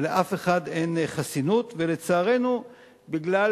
ולאף אחד אין חסינות, ולצערנו בגלל